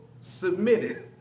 submitted